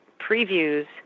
previews